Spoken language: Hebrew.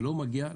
שלא מגיע,